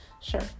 Sure